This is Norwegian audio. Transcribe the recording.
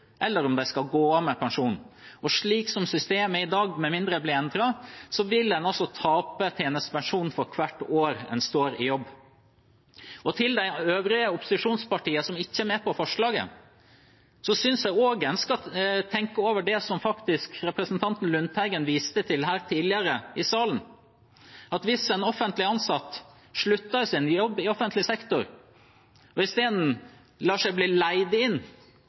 eller om de skal gå av med pensjon. Og slik systemet er i dag – med mindre det blir endret – vil en tape tjenestepensjon for hvert år en står i jobb. Til de øvrige opposisjonspartiene som ikke er med på forslaget: Jeg synes også en skal tenke over det som representanten Lundteigen faktisk viste til tidligere her i salen, at hvis en offentlig ansatt slutter i sin jobb i offentlig sektor og i stedet lar seg bli leid inn,